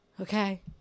okay